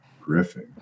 Griffin